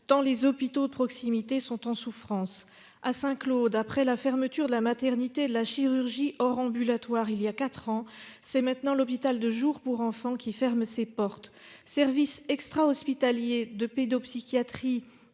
tant les hôpitaux de proximité y sont en souffrance. À Saint-Claude, après la fermeture de la maternité et du service de chirurgie hors ambulatoire voilà quatre ans, c'est au tour de l'hôpital de jour pour enfants de fermer ses portes. Service extrahospitalier de pédopsychiatrie